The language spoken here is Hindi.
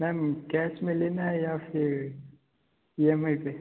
मैम कैश में लेना है या फिर इ एम आई पे